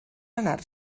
anar